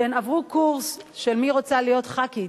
והן עברו קורס: מי רוצה להיות ח"כית.